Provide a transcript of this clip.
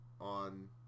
on